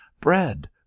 Bread